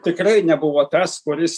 tikrai nebuvo tas kuris